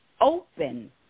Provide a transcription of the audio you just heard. open